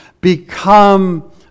become